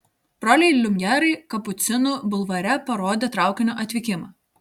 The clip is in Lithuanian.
broliai liumjerai kapucinų bulvare parodė traukinio atvykimą